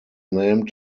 named